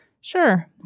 Sure